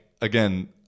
again